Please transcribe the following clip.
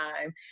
time